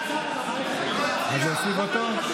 אז להוסיף אותו?